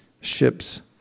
ships